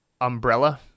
umbrella